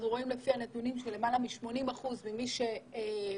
לפי הנתונים ניתן לראות שלמעלה מ-80% מאלו